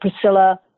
Priscilla